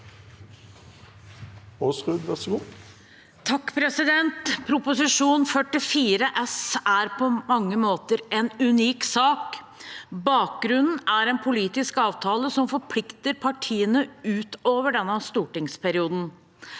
Prop. 44 S for 2022– 2023 er på mange måter en unik sak. Bakgrunnen er en politisk avtale som forplikter partiene ut over denne stortingsperioden.